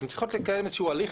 הן צריכות לקיים איזה שהוא הליך,